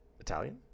Italian